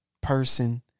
person